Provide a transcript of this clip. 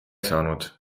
saanud